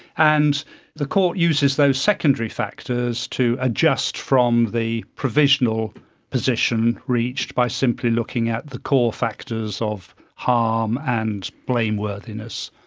and the court uses those secondary factors to adjust from the provisional position reached by simply looking at the core factors of harm and blameworthiness.